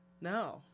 No